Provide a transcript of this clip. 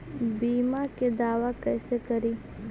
बीमा के दावा कैसे करी?